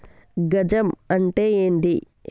గజం అంటే ఏంది?